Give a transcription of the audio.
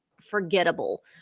forgettable